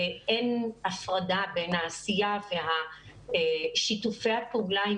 אין הפרדה בין העשייה ושיתופי הפעולה עם